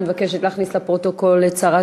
אני מבקשת להכניס לפרוטוקול את שרת